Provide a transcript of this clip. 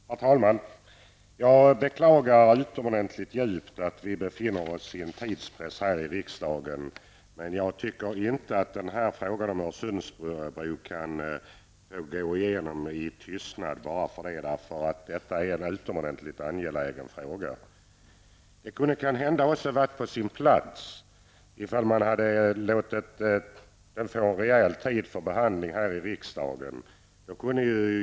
Herr talman! Jag beklagar utomordentligt djupt att vi har tidspress här i riksdagen, men jag tycker inte att frågan om Öresundsbron kan gå igenom i tystnad. Det är en mycket angelägen fråga. Det hade kanske också kunnat vara på sin plats att den hade fått rejäl tid för behandling här i riksdagen.